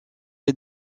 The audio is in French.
est